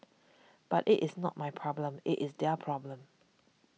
but it is not my problem it is their problem